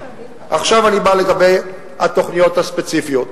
עכשיו אני בא לגבי התוכניות הספציפיות,